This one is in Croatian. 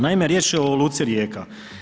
Naime, riječ je o luci Rijeka.